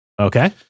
Okay